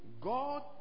God